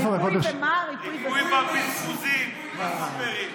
ריפוי בבזבוזים, בסופרים,